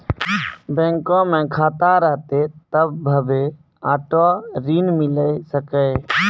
बैंको मे खाता रहतै तभ्भे आटो ऋण मिले सकै